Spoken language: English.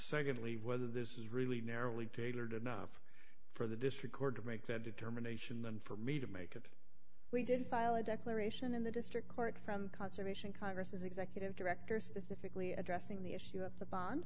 secondly whether this is really narrowly tailored enough for the district court to make that determination then for me to make it we did file a declaration in the district court from conservation congress's executive director specifically addressing the issue of the bond